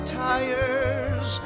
tires